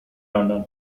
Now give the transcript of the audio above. london